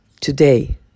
today